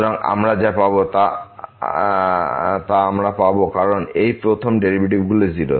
সুতরাং আমরা যা পাব তা আমরা পাবো কারণ এই প্রথম ডেরিভেটিভগুলিও 0